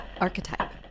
archetype